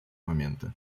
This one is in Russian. моменты